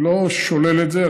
אני לא שולל את זה.